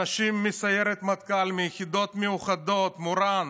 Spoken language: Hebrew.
אנשים מסיירת מטכ"ל, מהיחידות המיוחדות, "מורן",